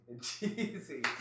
Cheesy